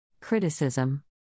Criticism